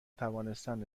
توانستند